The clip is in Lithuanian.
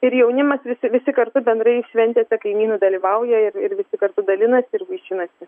ir jaunimas visi visi kartu bendrai šventėse kaimynų dalyvauja ir ir visi kartu dalinasi ir vaišinasi